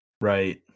Right